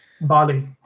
bali